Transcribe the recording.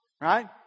right